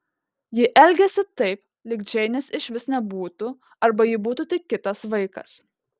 ji elgėsi taip lyg džeinės išvis nebūtų arba ji būtų tik kitas vaikas